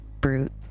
brute